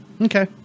Okay